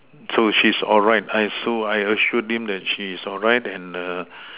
so she's alright I so I assured him that she's alright and err